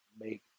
make